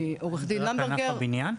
מעורך דין למברגר -- זה רק בענף הבנייה?